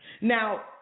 Now